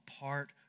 apart